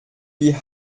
wie